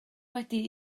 wedi